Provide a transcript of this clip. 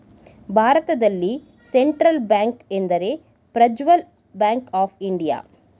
ಭಾರತದಲ್ಲಿ central bank ಎಂದರೆ Prajwal bank of India